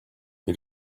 you